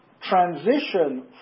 transition